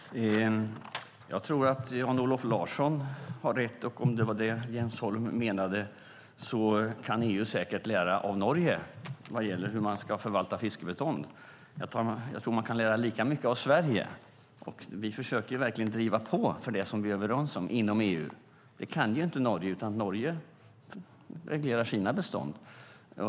Herr talman! Jag tror att Jan-Olof Larsson har rätt. Och om det var det som Jens Holm menade kan EU säkert lära av Norge vad gäller hur man ska förvalta fiskbestånd. Jag tror att man kan lära lika mycket av Sverige. Och vi försöker verkligen driva på för det som vi är överens om inom EU. Det kan inte Norge, utan Norge reglerar sina bestånd.